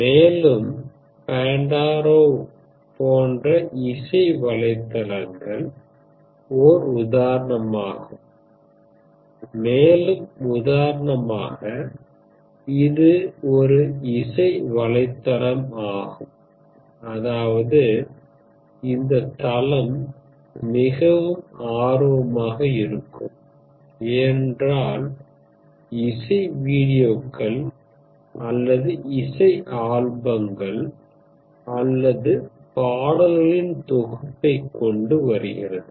மேலும் பண்டோரா போன்ற இசை வலைத்தளங்கள் ஓர் உதாரணமாகும் மேலும் உதாரணமாக இது ஒரு இசை வலைத்தளம் ஆகும் அதாவது இந்த தளம் மிகவும் ஆர்வமாக இருக்கும் ஏன்னென்றால் இசை வீடியோக்கள் அல்லது இசை ஆல்பங்கள் அல்லது பாடல்களின் தொகுப்பைக் கொண்டு வருகிறது